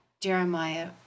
Jeremiah